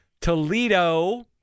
Toledo